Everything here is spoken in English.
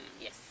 Yes